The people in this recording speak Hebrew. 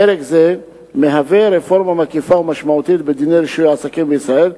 פרק זה מהווה רפורמה מקיפה ומשמעותית בדיני רישוי העסקים בישראל.